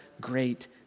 great